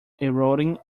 eroding